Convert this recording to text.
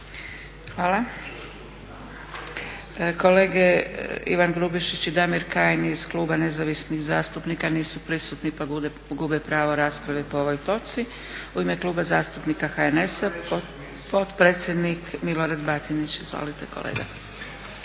Hvala. Kolege Ivan Grubišić i Damir Kajin iz Kluba nezavisnih zastupnika nisu prisutni pa gube pravo rasprave po ovoj točci. U ime Kluba zastupnika HNS-a potpredsjednik Milorad Batinić. Izvolite kolega.